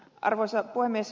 arvoisa puhemies